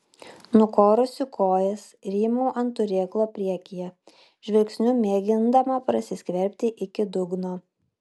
nukorusi kojas rymau ant turėklo priekyje žvilgsniu mėgindama prasiskverbti iki dugno